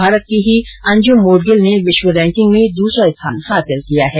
भारत की ही अंजुम मोडगिल ने विश्व रैंकिंग में दूसरा स्थान हासिल किया है